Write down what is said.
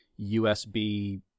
USB